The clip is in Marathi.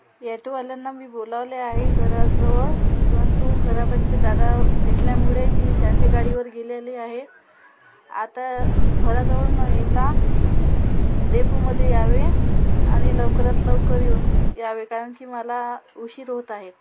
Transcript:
येटोवाल्यांना मी बोलावले आहे घराजवळ परंतु घरापाचचे दादा भेटल्यामुळे मी त्यांच्या गाडीवर गेलेली आहे आता घराजवळ न येता डेपोमध्ये यावे आणि लवकरात लवकर येऊन यावे कारण की मला उशीर होत आहे